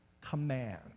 command